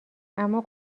اما